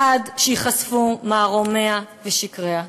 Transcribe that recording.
עד שייחשפו מערומיה ושקריה".